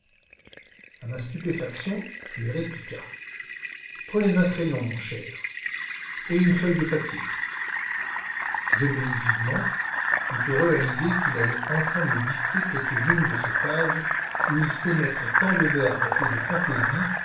à ma stupéfaction il répliqua prenez un crayon mon cher et une feuille de papier j'obéis vivement tout heureux à l'idée qu'il allait enfin me dicter quelques-unes de ces pages où il sait mettre tant de verve et de fantaisie